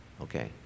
Okay